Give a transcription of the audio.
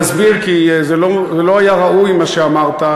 תסביר, כי זה לא היה ראוי מה שאמרת.